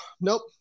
nope